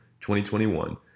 2021